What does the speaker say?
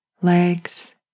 legs